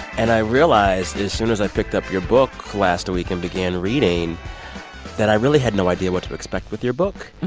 and i realized as soon as i picked up your book last week and began reading that i really had no idea what to expect with your book.